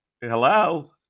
hello